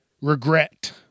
regret